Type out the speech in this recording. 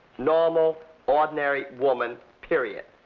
normal ordinary woman, period